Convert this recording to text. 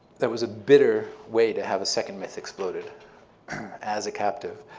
that was a bitter way to have a second myth exploded as a captive.